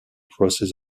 crosses